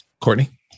Courtney